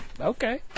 Okay